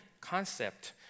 concept